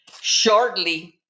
Shortly